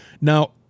Now